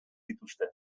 dituzte